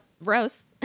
Rose